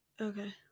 Okay